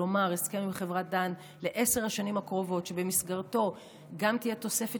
כלומר הסכם עם חברת דן לעשר השנים הקרובות שבמסגרתו גם תהיה תוספת